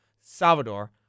Salvador